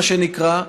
מה שנקרא,